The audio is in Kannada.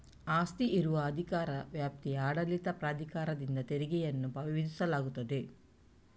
ಆಸ್ತಿ ಇರುವ ಅಧಿಕಾರ ವ್ಯಾಪ್ತಿಯ ಆಡಳಿತ ಪ್ರಾಧಿಕಾರದಿಂದ ತೆರಿಗೆಯನ್ನು ವಿಧಿಸಲಾಗುತ್ತದೆ